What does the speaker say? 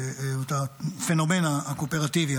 את הפנומן הקואופרטיבי.